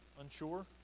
unsure